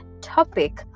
topic